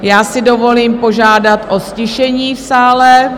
Já si dovolím požádat o ztišení v sále.